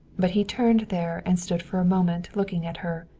but he turned there and stood for a moment looking at her,